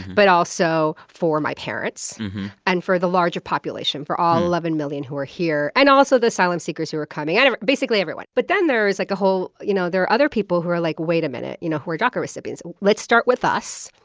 but also for my parents and for the larger population, for all eleven million who are here and also the asylum-seekers who are coming and basically everyone. but then there is, like, a whole you know, there are other people who are like, wait a minute you know, who are daca recipients let's start with us.